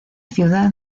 ciudad